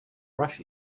rush